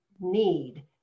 need